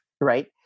right